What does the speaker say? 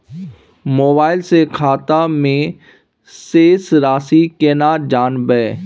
Mobile से खाता में शेस राशि केना जानबे?